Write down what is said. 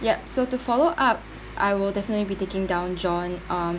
yup so to follow up I will definitely be taking down john um